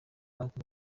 banki